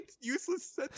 useless